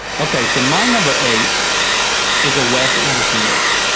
okay, so my number eight is a wes anderson movie.